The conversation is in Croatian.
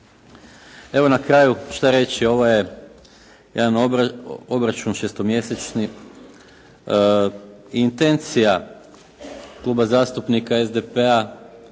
Evo na kraju šta reći. Ovo je jedan obračun šestomjesečni. Intencija Kluba zastupnika SDP-a